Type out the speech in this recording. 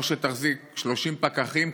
או שתחזיק 30 פקחים,